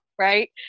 right